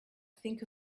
think